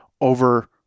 over